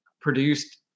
produced